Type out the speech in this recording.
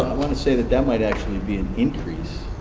want to say that that might actually be an increase,